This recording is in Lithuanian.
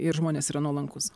ir žmonės yra nuolankūs